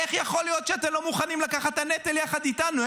איך יכול להיות שאתם לא מוכנים לקחת הנטל יחד איתנו?